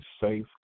safe